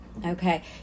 okay